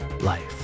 life